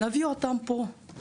נביא אותן פה.